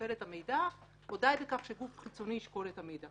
ששוקל את המידע או די בכך שגוף חיצוני ישקול את המידע,